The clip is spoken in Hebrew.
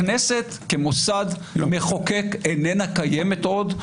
הכנסת כמוסד מחוקק איננה קיימת עוד,